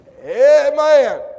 Amen